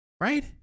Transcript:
Right